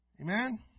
Amen